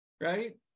right